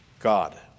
God